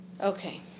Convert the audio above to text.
Okay